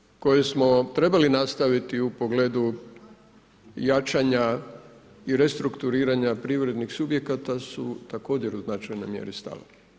Reforme koje smo trebali nastaviti u pogledu jačanja i restrukturiranja privrednih subjekata su također u značajnoj mjeri stale.